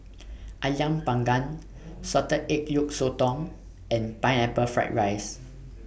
Ayam Panggang Salted Egg Yolk Sotong and Pineapple Fried Rice